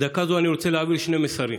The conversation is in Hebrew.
בדקה זו אני רוצה להעביר שני מסרים: